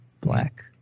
Black